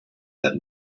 that